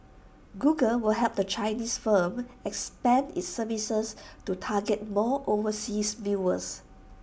Google will help the Chinese firm expand its services to target more overseas viewers